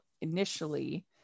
initially